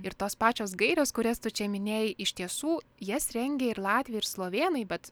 ir tos pačios gairios kurias tu čia minėjai iš tiesų jas rengė ir latviai ir slovėnai bet